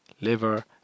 liver